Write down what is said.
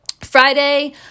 Friday